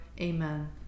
Amen